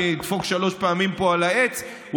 אני אדפוק שלוש פעמים על העץ פה,